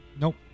Nope